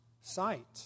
sight